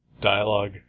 Dialogue